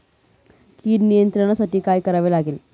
कीड नियंत्रणासाठी काय करावे?